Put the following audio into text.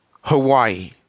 Hawaii